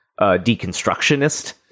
deconstructionist